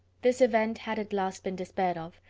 this event had at last been despaired of,